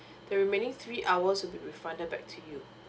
the remaining three hours will be refunded back to you